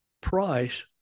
price